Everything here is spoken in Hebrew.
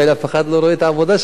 אף אחד לא רואה את העבודה שלהם,